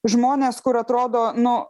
žmonės kur atrodo nu